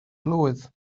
blwydd